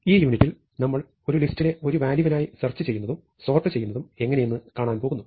ഈ യൂണിറ്റിൽ നമ്മൾ ഒരു ലിസ്റ്റിലെ ഒരു വാല്യൂവിനായി സെർച്ച് ചെയ്യുന്നതും സോർട്ട് ചെയ്യുന്നതും എങ്ങനെയെന്ന് കാണാൻ പോകുന്നു